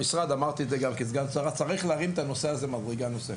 אמרתי את זה גם כסגן השרה: צריך להרים את הנושא הזה מדרגה נוספת.